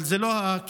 אבל זה לא הקטע.